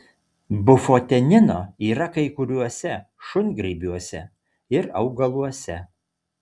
bufotenino yra kai kuriuose šungrybiuose ir augaluose